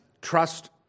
trust